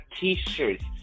T-shirts